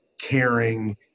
caring